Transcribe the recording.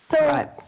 Right